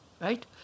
Right